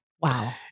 wow